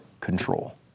control